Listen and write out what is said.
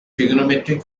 trigonometric